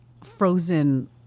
frozen